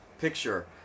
picture